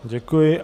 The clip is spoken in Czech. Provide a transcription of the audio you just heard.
Děkuji.